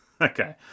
Okay